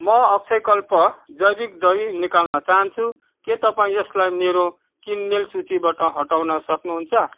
म अक्षयकल्प जैविक दही निकाल्न चाहन्छु के तपाईँ यसलाई मेरो किनमेल सूचीबाट हटाउन सक्नुहुन्छ